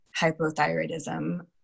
hypothyroidism